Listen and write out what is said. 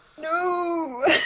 No